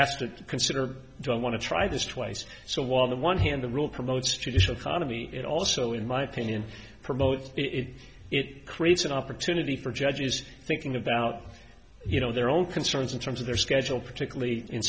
has to consider don't want to try this twice so while the one hand the rule promotes judicial khana me it also in my opinion promote it it creates an opportunity for judges thinking about you know their own concerns in terms of their schedule particularly in